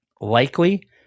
likely